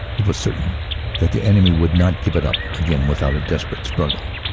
it was certain that the enemy would not give it up again without a desperate struggle.